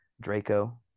Draco